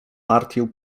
partię